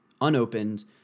unopened